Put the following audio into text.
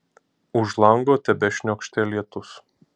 už lango tebešniokštė lietus